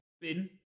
bin